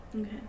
Okay